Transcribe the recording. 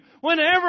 whenever